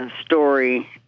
story